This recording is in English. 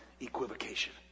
equivocation